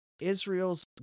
Israel's